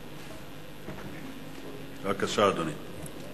בבקשה, אדוני.